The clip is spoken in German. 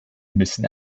müssen